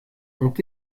ont